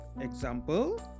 Example